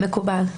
מקובל.